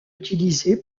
utilisé